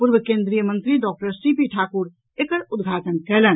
पूर्व केन्द्रीय मंत्री डॉक्टर सीपी ठाकुर एकर उद्घाटन कयलनि